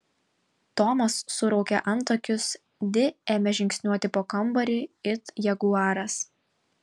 tomas suraukė antakius di ėmė žingsniuoti po kambarį it jaguaras